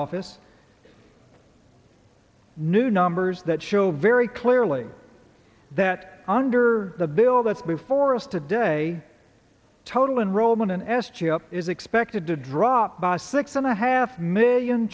office new numbers that show very clearly that under the bill that's before us today total enrollment in s g up is expected to drop by six and a half million